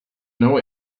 know